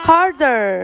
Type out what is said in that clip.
Harder